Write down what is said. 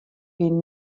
bin